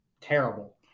terrible